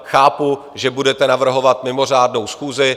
Chápu, že budete navrhovat mimořádnou schůzi.